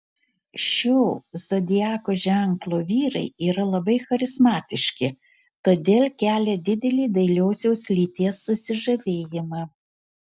šio zodiako ženklo vyrai yra labai charizmatiški todėl kelia didelį dailiosios lyties susižavėjimą